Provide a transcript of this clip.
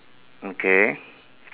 mm K